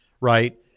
right